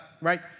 right